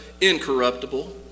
incorruptible